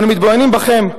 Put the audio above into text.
אנו מתבוננים בכם,